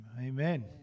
amen